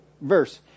verse